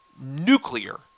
nuclear